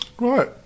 Right